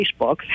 Facebook